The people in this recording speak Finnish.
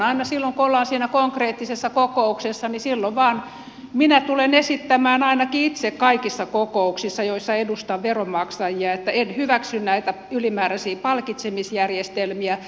aina silloin kun ollaan siinä konkreettisessa kokouksessa minä tulen esittämään ainakin itse kaikissa kokouksissa joissa edustan veronmaksajia että en hyväksy näitä ylimääräisiä palkitsemisjärjestelmiä